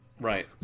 right